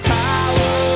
power